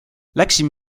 läksin